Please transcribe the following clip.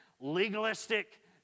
legalistic